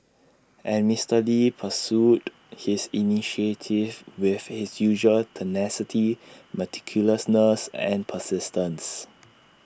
and Mister lee pursued his initiative with his usual tenacity meticulousness and persistence